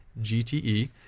GTE